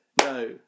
no